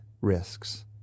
risks